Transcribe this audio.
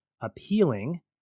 appealing